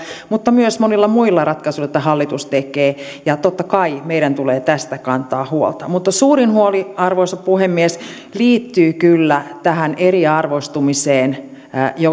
mutta myös monilla muilla ratkaisuilla joita hallitus tekee ja totta kai meidän tulee tästä kantaa huolta mutta suurin huoli arvoisa puhemies liittyy kyllä tähän eriarvoistumiseen